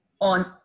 on